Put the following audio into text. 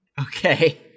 okay